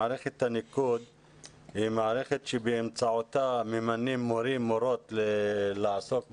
מערכת הניקוד היא מערכת שבאמצעותה ממנים מורים/מורות לעסוק בהוראה,